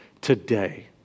today